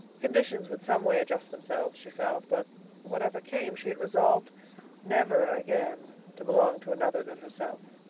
conditions would some way adjust themselves, she felt but whatever came, she had resolved never again to belong to another than herself.